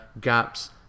gaps